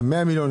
היה 100 מיליון,